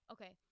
Okay